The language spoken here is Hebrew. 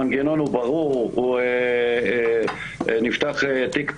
המנגנון הוא ברור, נפתח תיק פלילי,